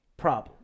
problem